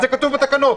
זה כתוב בתקנות.